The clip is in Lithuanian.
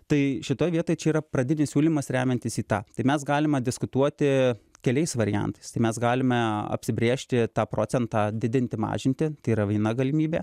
tai šitoj vietoj čia yra pradinis siūlymas remiantis į tą tai mes galima diskutuoti keliais variantais tai mes galime apsibrėžti tą procentą didinti mažinti tai yra viena galimybė